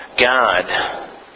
God